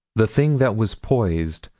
the thing that was poised,